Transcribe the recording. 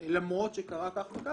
אם אחר כך מתברר שהבנק מחזיק כסף של טרור,